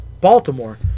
Baltimore